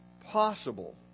possible